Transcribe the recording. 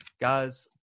Guys